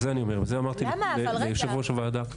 על זה אני אומר וזה אמרתי ליושבת-ראש הוועדה.